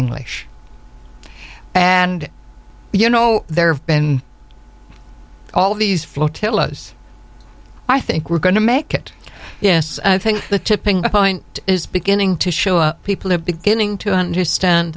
english and you know there have been all these flotillas i think we're going to make it yes i think the tipping point is beginning to show people are beginning to understand